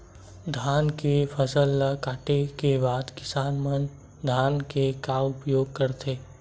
धान के फसल ला काटे के बाद किसान मन धान के का उपयोग करथे?